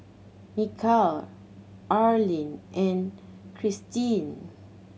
Mikel Arlyne and Christeen